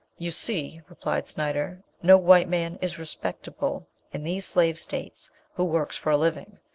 you see, replied snyder, no white man is respectable in these slave states who works for a living.